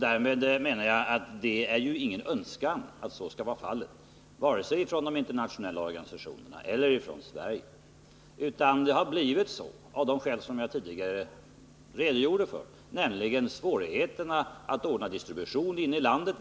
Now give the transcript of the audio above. Därmed menar jag att det inte är någon önskan, vare sig från de internationella organisationerna eller från Sverige, att så skall vara fallet. Det har blivit så, av de skäl som jag tidigare redogjorde för, nämligen svårigheterna att ordna distributionen inne i landet.